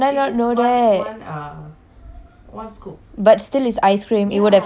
but still it's ice cream it would have helped me so much on that you know burning session